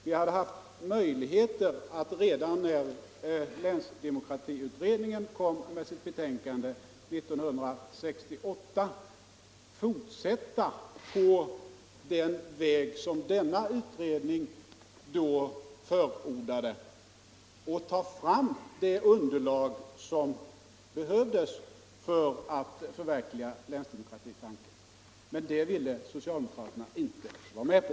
Vi hade haft möjligheter att redan 1968, när länsdemokratiutredningen lade fram sitt betänkande, fortsätta på den väg som denna utredning förordade och ta fram det ytterligare underlag som behövdes för att förverkliga länsdemokratitanken. Men det ville socialdemokraterna inte gå med på.